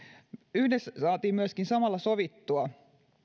yhdessä saatiin myöskin samalla sovittua